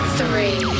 three